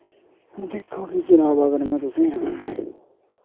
दिक्खो जी जनाब अगर में तुसें ई